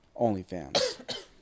OnlyFans